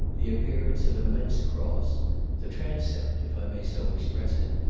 the appearance of an immense cross the transept, if i may so express it,